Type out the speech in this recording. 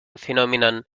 phenomenon